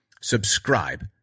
subscribe